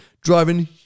driving